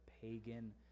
pagan